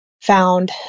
found